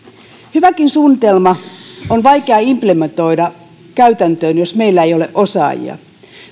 hyväkin suunnitelma on vaikea implementoida käytäntöön jos meillä ei ole osaajia